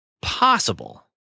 possible